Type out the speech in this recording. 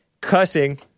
cussing